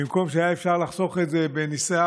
במקום שאפשר היה לחסוך את זה בנסיעה